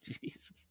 Jesus